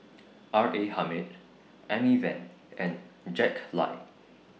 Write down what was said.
R A Hamid Amy Van and Jack Lai